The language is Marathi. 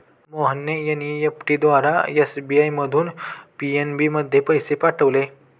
मोहनने एन.ई.एफ.टी द्वारा एस.बी.आय मधून पी.एन.बी मध्ये पैसे पाठवले